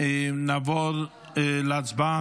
נעבור להצבעה.